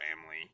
family